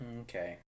Okay